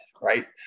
right